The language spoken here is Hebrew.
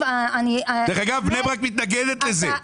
אגב בני ברק מתנגדת לזה.